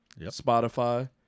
Spotify